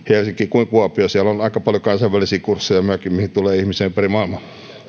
kuin kuopioon siellä on aika paljon myöskin kansainvälisiä kursseja mihin tulee ihmisiä ympäri maailman